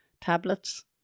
tablets